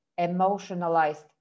emotionalized